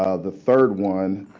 ah the third one